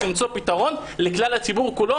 למצוא פתרון לכלל הציבור כולו.